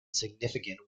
significant